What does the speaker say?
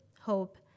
hope